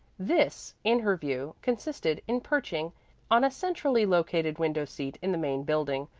this, in her view, consisted in perching on a centrally located window-seat in the main building,